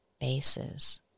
faces